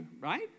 right